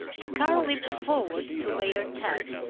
the car leaped forward to obey her touch,